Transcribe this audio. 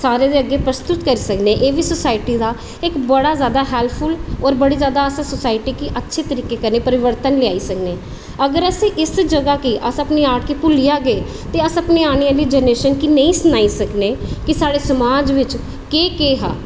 सारें अग्गें प्रस्तुत करी सकने एह्बी सोसायटी दा इक्क बड़ा जादा हेल्पफुल होर बड़ी जादा अस सोसायटी गी अच्छे तरीके कन्नै परिवर्तन लेआई सकने अगर अस अपनी इस जगह गी अगर अस अपनी आर्ट गी भुल्ली जाह्गे ते अस अपनी आने आह्ली जनरेशन गी नेईं सनाई सकने की साढ़े समाज बिच केह् केह् हा